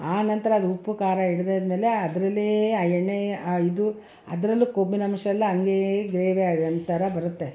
ಆನಂತರ ಅದು ಉಪ್ಪು ಖಾರ ಹಿಡಿದಾದ್ಮೇಲೆ ಅದರಲ್ಲೇ ಆ ಎಣ್ಣೆ ಆ ಇದು ಅದ್ರಲ್ಲೂ ಕೊಬ್ಬಿನಾಂಶ ಎಲ್ಲ ಹಂಗೆ ಗ್ರೇವಿಯಾಗಿ ಥರ ಬರುತ್ತೆ